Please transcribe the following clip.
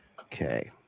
Okay